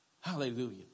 Hallelujah